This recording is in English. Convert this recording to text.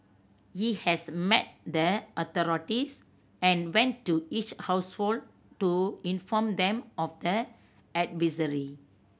he has met the authorities and went to each household to inform them of the advisory